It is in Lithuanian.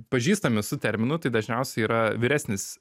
pažįstami su terminu tai dažniausiai yra vyresnis